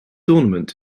ornament